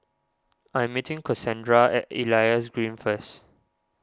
I am meeting Cassondra at Elias Green first